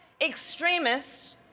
extremists